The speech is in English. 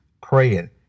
praying